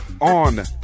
on